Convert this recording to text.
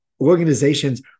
organizations